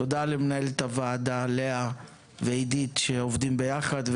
תודה ללאה ולעידית מנהלות הוועדות, שעובדות ביחד.